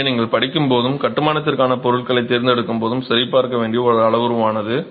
எனவே நீங்கள் படிக்கும் போது கட்டுமானத்திற்கான பொருட்களைத் தேர்ந்தெடுக்கும்போது சரிபார்க்க வேண்டிய ஒரு அளவுருவானது